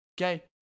Okay